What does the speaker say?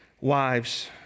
wives